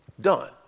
done